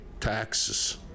taxes